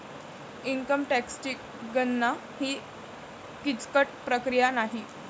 income टॅक्सची गणना ही किचकट प्रक्रिया नाही